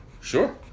Sure